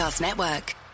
Network